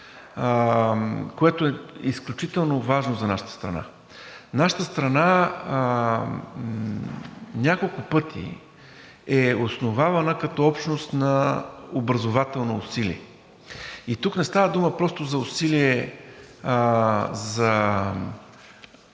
което е изключително важно за нашата страна. Нашата страна няколко пъти е основавана като общност на образователно усилие. И тук не става дума просто за усилие –